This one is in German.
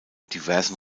diversen